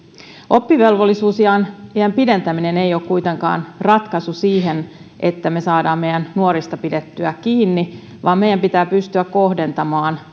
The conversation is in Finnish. oppivelvollisuusiän pidentäminen ei ole kuitenkaan ratkaisu siihen että me saamme meidän nuorista pidettyä kiinni vaan meidän pitää pystyä kohdentamaan